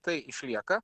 tai išlieka